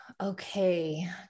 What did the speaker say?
Okay